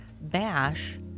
Bash